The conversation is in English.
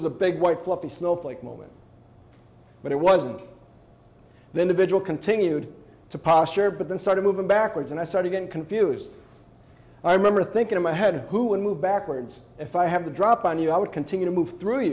was a big white fluffy snowflake moment but it wasn't the individual continued to posture but then started moving backwards and i started getting confused i remember thinking in my head who would move backwards if i have the drop on you i would continue to move through